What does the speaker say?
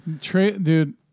dude